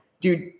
Dude